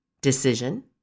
decision